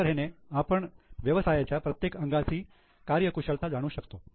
अशा तऱ्हेने आपण व्यवसायाच्या प्रत्येक अंगाची कार्यकुशलता जाणू शकतो